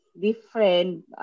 different